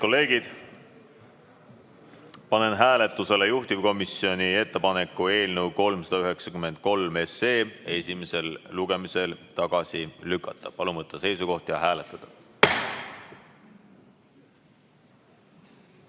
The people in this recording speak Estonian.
kolleegid, panen hääletusele juhtivkomisjoni ettepaneku eelnõu 393 esimesel lugemisel tagasi lükata. Palun võtta seisukoht ja hääletada!